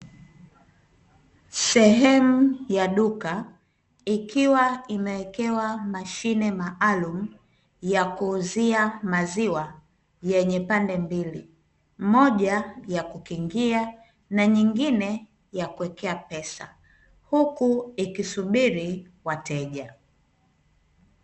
Sehemu ya duka, ikiwa imewekewa mashine maalumu ya kuuzia maziwa, yenye pande mbili; moja ya kukingia na nyingine ya kuwekea pesa, huku ikisubiri wateja.